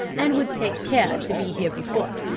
and would take care to be here before.